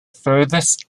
furthest